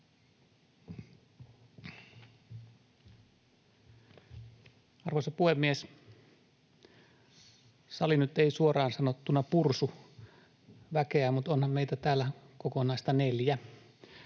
Arvoisa puhemies! Sali nyt ei suoraan sanottuna pursu väkeä, mutta onhan meitä täällä kokonaista neljä